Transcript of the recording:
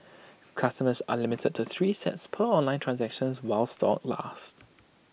customers are limited to three sets per online transaction while stocks last